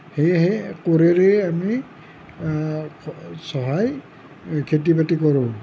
সেয়েহে কোৰেৰে আমি চহাই খেতি বাতি কৰোঁ